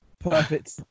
Perfect